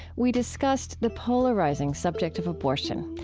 we discussed the polarizing subject of abortion.